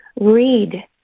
read